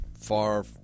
Far